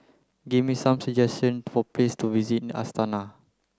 give me some suggestion for place to visit Astana